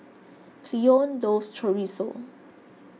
Cleone loves Chorizo